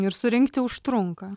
ir surinkti užtrunka